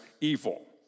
evil